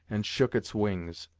and shook its wings.